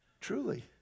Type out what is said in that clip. Truly